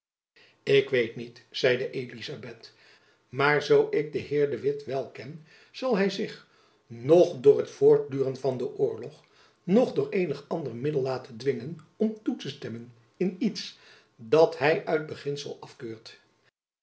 ik weet niet zeide elizabeth maar zoo ik den heer de witt wel ken zal hy zich noch door het voortduren van den oorlog noch door eenig ander jacob van lennep elizabeth musch middel laten dwingen om toe te stemmen in iets dat hy uit beginsel afkeurt